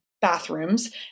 bathrooms